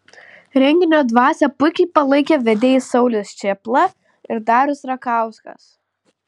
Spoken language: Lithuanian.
renginio dvasią puikiai palaikė vedėjai saulius čėpla ir darius rakauskas